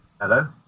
Hello